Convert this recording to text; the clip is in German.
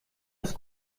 ist